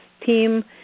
team